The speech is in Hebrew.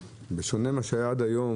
בשונה ממה שהיה עד היו,